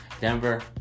Denver